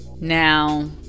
now